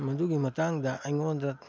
ꯃꯗꯨꯒꯤ ꯃꯇꯥꯡꯗ ꯑꯩꯉꯣꯟꯅ